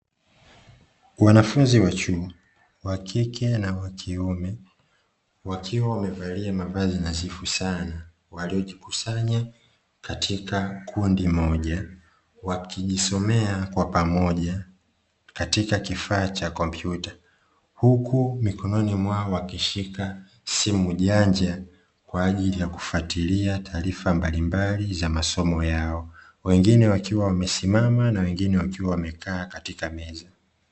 Wanafunzi wa chuo (wa kike na wa kiume) wakiwa wamevalia mavazi nadhifu sana, waliojikusanya katika kundi moja wakijisomea kwa pamoja katika kifaa cha kompyuta. Huku mikononi mwao wakishika simu janja kwa ajili ya kufuatilia taarifa mbalimbali za masomo yao. Wengine wakiwa wamesimama na wengine wakiwa wamekaa katika meza.